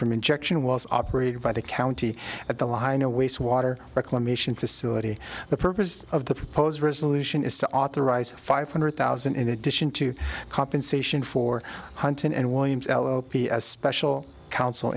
from injection wells operated by the county at the line a waste water reclamation facility the purpose of the proposed resolution is to authorize five hundred thousand in addition to compensation for hunting and williams l l p a special counsel